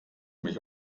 mich